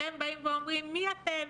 אתם באים ואומרים מי אתם?